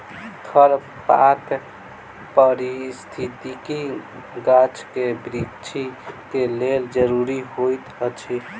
खरपात पारिस्थितिकी गाछ के वृद्धि के लेल ज़रूरी होइत अछि